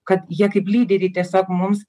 kad jie kaip lyderiai tiesiog mums